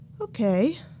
Okay